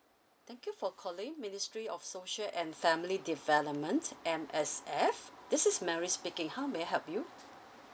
thank you for calling ministry of social and family development M_S_F this is mary speaking how may I help you